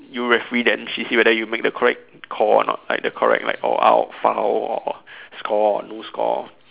you referee then she see whether you make the correct call or not like the correct like oh out foul or score or no score